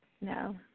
No